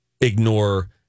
ignore